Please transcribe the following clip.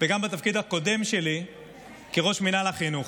וגם בתפקיד הקודם שלי כראש מינהל החינוך.